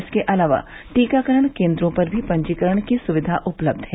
इसके अलावा टीकाकरण केन्द्रों पर भी पंजीकरण की सुविधा उपलब्ध है